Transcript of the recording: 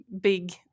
big